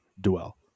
dwell